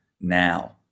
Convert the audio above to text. now